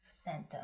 center